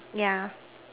yeah